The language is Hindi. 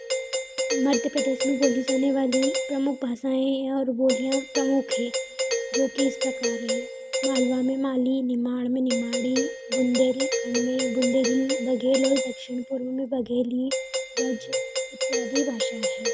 मध्यप्रदेश में बोली जाने वाली प्रमुख भाषाएँ और बोलियाँ प्रमुख हैं जो कि इस प्रकार है मालवा में मालीं नेमार में नेमाड़ी बुन्देलखण्ड में बुन्देली बघेल और दक्षिण पूर्व में बघेली ब्रज इत्यादि भाषा है